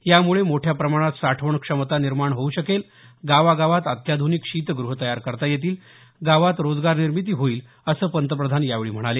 यामुळे मोठ्या प्रमाणात साठवण क्षमता निर्माण होऊ शकेल गावागावात अत्याधुनिक शीतगृह तयार करता येतील गावात रोजगार निर्मिती होईल असं पंतप्रधान यावेळी म्हणाले